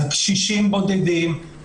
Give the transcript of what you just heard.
על קשישים בודדים,